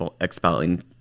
expelling